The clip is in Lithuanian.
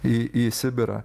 į į sibirą